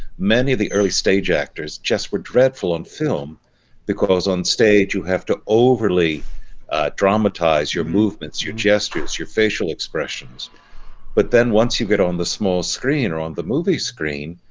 many of the early stage actors just were dreadful on film because on stage you have to overly dramatize your movements your gestures your facial expressions but then once you get on the small screen or on the movie screen,